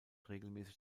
regelmäßig